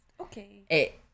okay